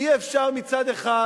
אי-אפשר מצד אחד